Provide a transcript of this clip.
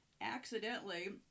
accidentally